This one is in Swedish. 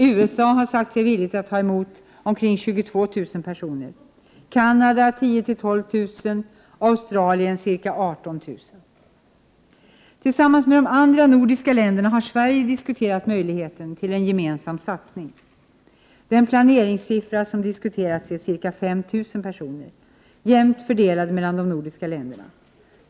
USA har sagt sig vara villigt att ta emot omkring 22 000 personer, Canada 10 000-12 000 och Australien ca 18 000. Tillsammans med de andra nordiska länderna har Sverige diskuterat möjligheten till en gemensam satsning. Den planeringssiffra som har diskuterats är ca 5 000 personer, jämnt fördelade mellan de nordiska länderna.